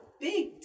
big